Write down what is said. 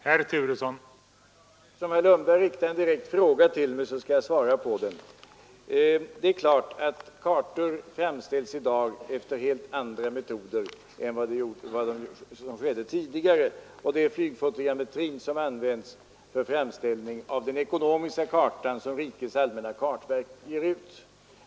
Herr talman! Eftersom herr Lundberg riktar en direkt fråga till mig skall jag svara på den. Det är klart att kartor i dag framställs efter helt andra metoder än tidigare. Det är flygfotogrammetrin som används för framställning av den ekonomiska karta som rikets allmänna kartverk ger ut.